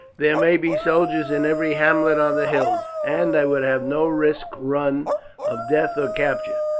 there may be soldiers in every hamlet on the hills, and i would have no risk run of death or capture.